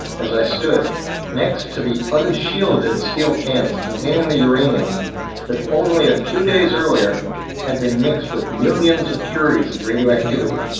as i stood next to the unshielded steel cans containing the uranium that only a few days earlier had been mixed with millions of curies of radioactivity.